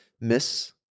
miss